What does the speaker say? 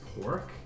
pork